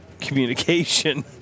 communication